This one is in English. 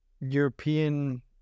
European